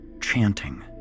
chanting